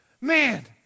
Man